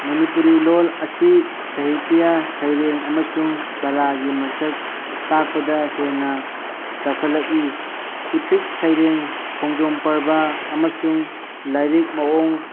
ꯃꯅꯤꯄꯨꯔꯤ ꯂꯣꯜ ꯑꯁꯤ ꯁꯍꯤꯇ꯭ꯌꯥ ꯁꯩꯔꯦꯡ ꯑꯃꯁꯨꯡ ꯀꯂꯥꯒꯤ ꯃꯁꯛ ꯇꯥꯛꯄꯗ ꯍꯦꯟꯅ ꯆꯥꯎꯈꯠꯂꯛꯏ ꯏꯄꯤꯛ ꯁꯩꯔꯦꯡ ꯈꯣꯡꯖꯣꯝ ꯄꯔꯕ ꯑꯃꯁꯨꯡ ꯂꯥꯏꯔꯤꯛ ꯃꯑꯣꯡ